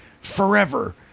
forever